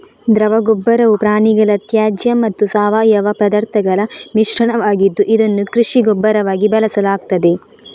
ದ್ರವ ಗೊಬ್ಬರವು ಪ್ರಾಣಿಗಳ ತ್ಯಾಜ್ಯ ಮತ್ತು ಸಾವಯವ ಪದಾರ್ಥಗಳ ಮಿಶ್ರಣವಾಗಿದ್ದು, ಇದನ್ನು ಕೃಷಿ ಗೊಬ್ಬರವಾಗಿ ಬಳಸಲಾಗ್ತದೆ